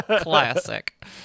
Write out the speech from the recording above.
Classic